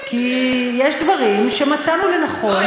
כי יש דברים שמצאנו לנכון,